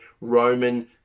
Roman